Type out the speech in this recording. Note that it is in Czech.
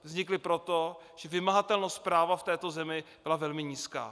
Vznikli proto, že vymahatelnost práva v této zemi byla velmi nízká.